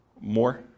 More